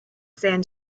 san